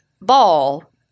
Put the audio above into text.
ball